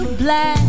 black